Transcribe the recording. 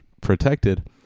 protected